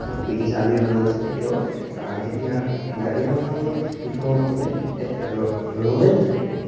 British আৰ্মীৰ মানুহ আছিলে তেওঁ যেতিয়া জালিয়ানৱালা বাগত কৃষকসকলে এক ৰয়েল